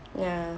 ya